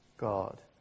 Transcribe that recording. God